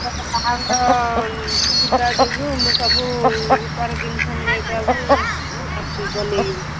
ଝିଅର ବାହାଘର ଥିବା ଯୋଗୁଁ ମୁଁ ସବୁ ରୁପାର ଜିନିଷ ନେବାକୁ ଆସିଛି ବନାଇକିର